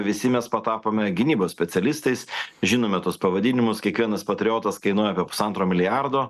visi mes patapome gynybos specialistais žinome tuos pavadinimus kiekvienas patriotas kainuoja apie pusantro milijardo